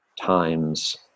times